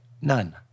none